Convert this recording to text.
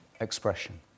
expression